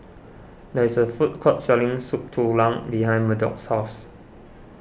there is a food court selling Soup Tulang behind Murdock's house